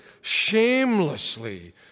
shamelessly